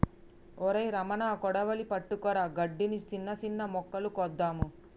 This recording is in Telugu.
ఒరై రమణ కొడవలి పట్టుకురా గడ్డిని, సిన్న సిన్న మొక్కలు కోద్దాము